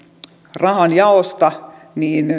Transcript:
rahanjaosta